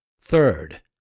Third